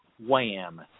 wham